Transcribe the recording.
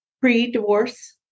Pre-divorce